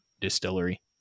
distillery